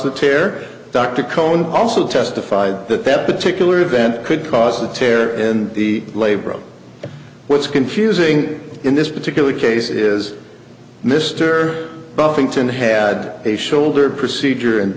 the tear dr cohen also testified that that particular event could cause a tear in the labor of what's confusing in this particular case is mr buffington had a shoulder procedure and